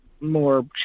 more